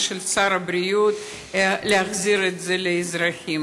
של שר הבריאות להחזיר את זה לאזרחים.